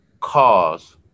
cause